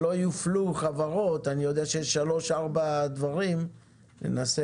וכדי שלא יופלו חברות אני יודע שיש שלושה-ארבעה דברים ננסה